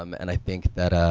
um and i think that.